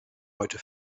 heute